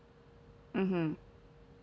mm hmm